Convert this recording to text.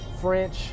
French